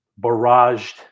barraged